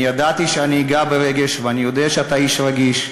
אני ידעתי שאגע ברגש, ואני יודע שאתה איש רגיש.